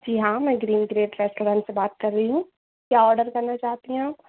जी हाँ मैं green great restaurant से बात कर रही हूँ क्या ऑर्डर करना चाहती हैं आप